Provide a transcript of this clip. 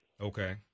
Okay